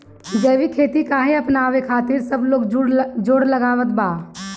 जैविक खेती काहे अपनावे खातिर सब लोग जोड़ लगावत बा?